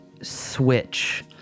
switch